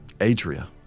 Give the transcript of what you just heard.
Adria